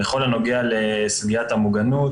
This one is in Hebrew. בכל הנוגע לסוגיית המוגנות,